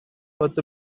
fod